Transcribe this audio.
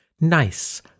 Nice